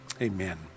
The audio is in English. Amen